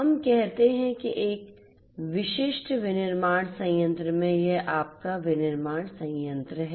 हम कहते हैं कि एक विशिष्ट विनिर्माण संयंत्र में यह आपका विनिर्माण संयंत्र है